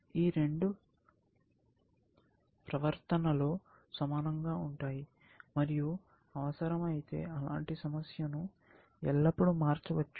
ఈ రెండూ ప్రవర్తనలో సమానంగా ఉంటాయి మరియు అవసరమైతే అలాంటి సమస్యను ఎల్లప్పుడూ మార్చవచ్చు